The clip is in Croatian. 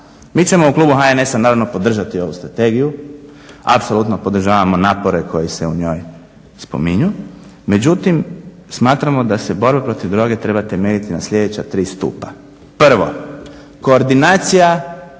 mi ćemo u klubu HNS-a naravno podržati ovu strategiju, apsolutno podržavamo napore koji se u njoj spominju, međutim smatramo da se borba protiv droge treba temeljiti na sljedeća tri stupa. Prvo, koordinacija